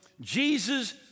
Jesus